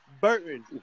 Burton